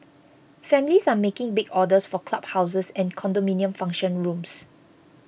families are making big orders for club houses and condominium function rooms